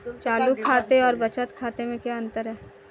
चालू खाते और बचत खाते में क्या अंतर है?